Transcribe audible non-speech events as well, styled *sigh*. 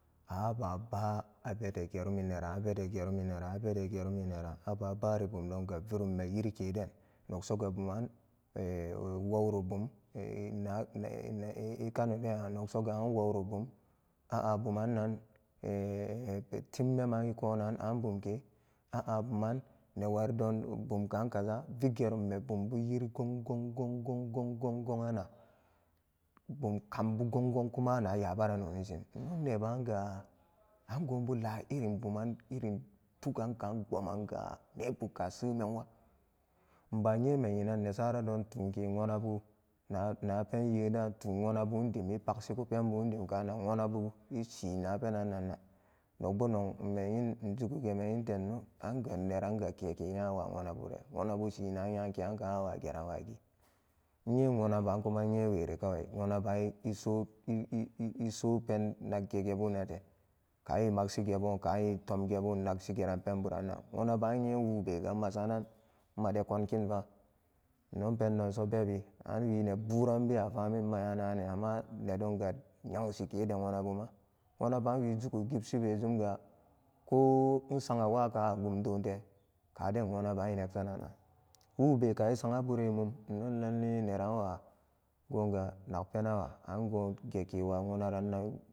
An aba baa a bede gerumi nera abede ga rumineran abedegerumi neran an aba ba a virum me yirike den nok soga buman woo *unintelligible* i kano de nok soga an wowru bum aa bumannan *hesitation* timmeman ikonan an buam ke a'a buman newari don bum kaan kaza vigerum me bumbu yiri gongong gong gong gong gong a naa bum kambu gong gong kum ana ya bara nonishin nno nebaanga angoori bu la irin buma irin pugan kaan puka kbomanga ne bu ka sememwa nba nyen me ina nesar don tuun ke wona bu na pen nyedantuun womna buun dim wonabu i paksi bu pendim kaan an wona bu ishin kananan nogbo nok ime nyi jugu geme nyin te nno anga neran ga keke nya wa wonabure wonabu shiin na nyakeran awa geran wagi nyeen wona baan bo nneyn weri kawai wonaba iso i'i'i iso pen nagge ge bunnate kaan i magsigeban kaan i tom gebun naksigeran penburan wona baan nye wu be ga nma saranan nmade konki nno pendon bebi an wi neburan nba famin manya nagane amma nedon ga nyanshike de wonabuma wona baan wi jugu ishi be zumga go ko nsa'a wa, kaan a gumdoon ben kaden wona baani nek sana nan wube ka i sa'abure mum nno lalle neran wa gonga nakpenawa angoon geke wa wona rannan.